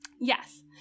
Yes